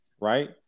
right